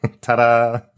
Ta-da